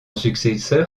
successeur